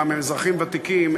פעם הם אזרחים ותיקים,